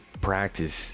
practice